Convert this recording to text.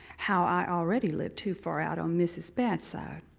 how i already live too far out on missus badside.